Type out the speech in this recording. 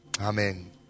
Amen